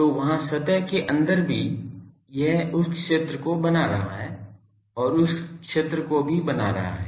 तो यहाँ सतह के अंदर भी यह उस क्षेत्र को बना रहा है और उस क्षेत्र को भी बना कर रहा है